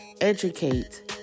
educate